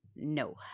no